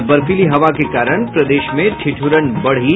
और बर्फीली हवा के कारण प्रदेश में ठिठुरन बढ़ी